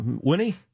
Winnie